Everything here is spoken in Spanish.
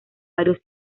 varios